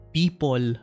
people